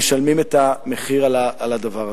משלמים את המחיר על הדבר הזה.